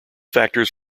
factors